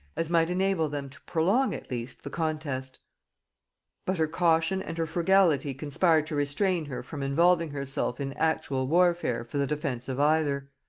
as might enable them to prolong at least the contest but her caution and her frugality conspired to restrain her from involving herself in actual warfare for the defence of either.